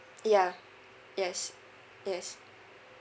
yeah yes yes